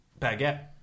Baguette